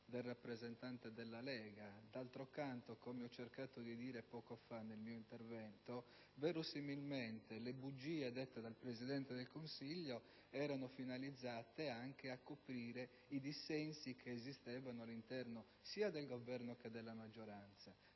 del rappresentante della Lega. D'altro canto, come ho cercato di dire poco fa nel mio intervento, verosimilmente le bugie dette dal Presidente del Consiglio erano finalizzate anche a coprire i dissensi che esistevano all'interno sia del Governo che della maggioranza,